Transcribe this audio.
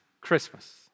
Christmas